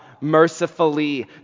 mercifully